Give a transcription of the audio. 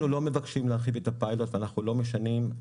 אנחנו לא מבקשים להרחיב את הפיילוט ואנחנו לא משנים.